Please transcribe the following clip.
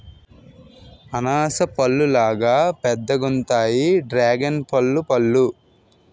అనాస పల్లులాగా పెద్దగుంతాయి డ్రేగన్పల్లు పళ్ళు